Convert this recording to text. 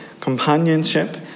Companionship